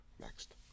Next